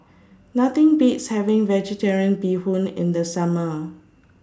Nothing Beats having Vegetarian Bee Hoon in The Summer